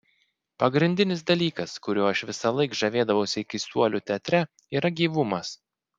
pagrindinis dalykas kuriuo aš visąlaik žavėdavausi keistuolių teatre yra gyvumas